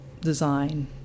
design